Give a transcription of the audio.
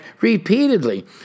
repeatedly